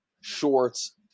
shorts